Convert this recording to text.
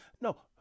no